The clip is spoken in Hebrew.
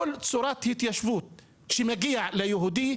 כל צורת התיישבות שמגיעה ליהודי,